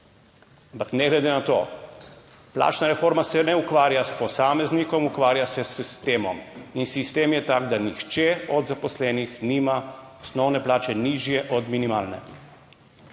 ne glede na to, plačna reforma se ne ukvarja s posameznikom, ukvarja se s sistemom in sistem je tak, da nihče od zaposlenih nima osnovne plače nižje od minimalne.